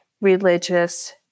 religious